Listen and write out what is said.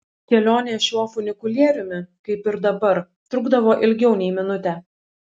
kelionė šiuo funikulieriumi kaip ir dabar trukdavo ilgiau nei minutę